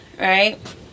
right